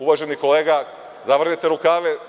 Uvaženi kolega, zavrnite rukave…